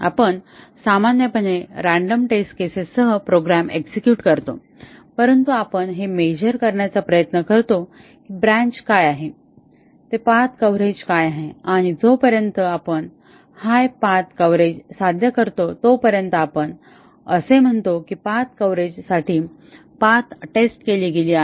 आपण सामान्यपणे random test केसेससह प्रोग्राम एक्झेक्युट करतो परंतु आपण हे मेजर करण्याचा प्रयत्न करतो की ब्रँच काय आहे ते पाथ कव्हरेज काय आहे आणि जोपर्यंत आपण हाय पाथ कव्हरेज साध्य करतो तोपर्यंत आपण असे म्हणतो की पाथ कव्हरेज साठी पाथ टेस्ट केली गेली आहे